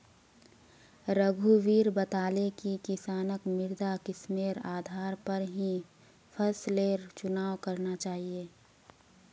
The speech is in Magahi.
रघुवीर बताले कि किसानक मृदा किस्मेर आधार पर ही फसलेर चुनाव करना चाहिए